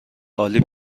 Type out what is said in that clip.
عالی